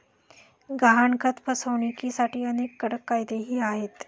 गहाणखत फसवणुकीसाठी अनेक कडक कायदेही आहेत